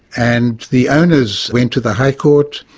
and the owners went to the high court,